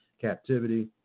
captivity